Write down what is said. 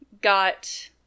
Got